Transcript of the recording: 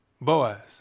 Boaz